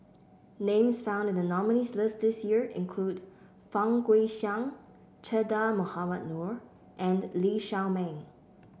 names found in the nominees' list this year include Fang Guixiang Che Dah Mohamed Noor and Lee Shao Meng